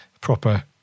proper